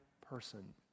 person